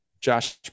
Josh